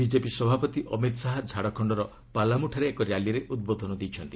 BJP ସଭାପତି ଅମିତ ଶାହା ଝାଡ଼ଖଣ୍ଡର ପାଲାମୁଠାରେ ଏକ ର୍ୟାଲିରେ ଉଦ୍ବୋଧନ ଦେଇଛନ୍ତି